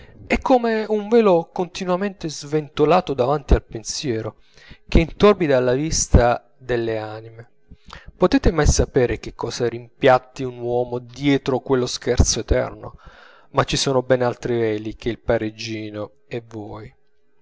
è come un velo continuamente sventolato davanti al pensiero che intorbida la vista delle anime potete mai sapere che cosa rimpiatti un uomo dietro quello scherzo eterno ma ci son ben altri veli tra il parigino e voi